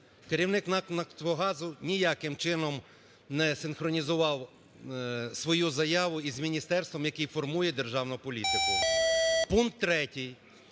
Керівник НАК "Нафтогазу" ніяким чином не синхронізував свою заяву із міністерством, яке формує державну політику. Пункт третій.